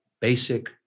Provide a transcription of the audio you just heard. basic